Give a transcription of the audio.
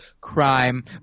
crime